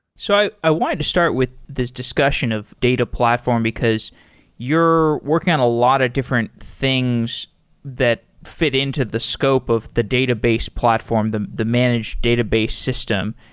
so i wanted to start with this discussion of data platform, because you're working on a lot of different things that fit into the scope of the database platform, the the managed database system.